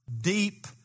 deep